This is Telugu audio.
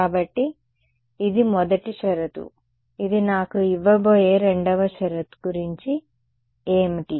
కాబట్టి ఇది మొదటి షరతు ఇది నాకు ఇవ్వబోయే రెండవ షరతు గురించి ఏమిటి